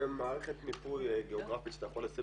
מערכת מיפוי גיאוגרפית שאתה יכול לשים